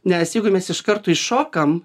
nes jeigu mes iš karto įšokam